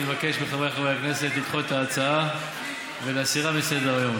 אני מבקש מחבריי חברי הכנסת לדחות את ההצעה ולהסירה מסדר-היום.